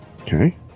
Okay